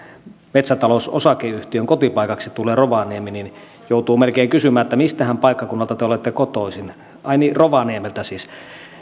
metsätalousosakeyhtiön kotipaikaksi tulee rovaniemi niin joutuu melkein kysymään että miltähän paikkakunnalta te olette kotoisin ai niin rovaniemeltä siis